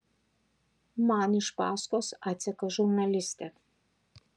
man iš paskos atseka žurnalistė